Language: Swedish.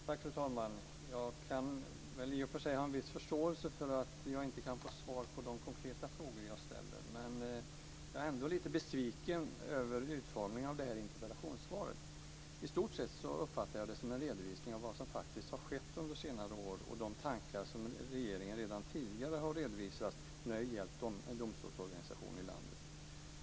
Fru talman! Jag kan i och för sig ha en viss förståelse för att jag inte kan få svar på de konkreta frågor jag ställer, men jag är ändå lite besviken över utformningen av detta interpellationssvar. I stort sett uppfattar jag det som en redovisning av vad som faktiskt har skett under senare år och de tankar som regeringen redan tidigare har redovisat när det har gällt domstolsorganisationen i landet.